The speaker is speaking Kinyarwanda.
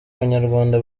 banyarwanda